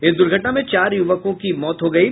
इस दुर्घटना में चार युवकों की मौत हो गयी